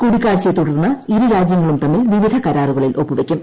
കൂടിക്കാഴ്ചയെ തുടർന്ന് ഇരു രാജ്യങ്ങളും തമ്മിൽ വിവിധ കരാറുകളിൽ ഒപ്പുവെയ്ക്കും